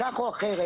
כך או אחרת,